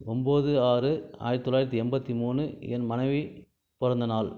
ஒம்பது ஆறு ஆயிரத்து தொள்ளாயிரத்து எண்பத்து மூணு என் மனைவி பிறந்த நாள்